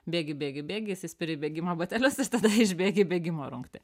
bėgi bėgi bėgi įsispiri į bėgimo batelius ir tada išbėgi į bėgimo rungtį